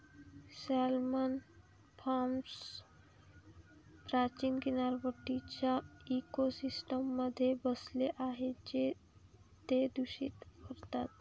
salmon farms प्राचीन किनारपट्टीच्या इकोसिस्टममध्ये बसले आहेत जे ते प्रदूषित करतात